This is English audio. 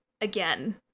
again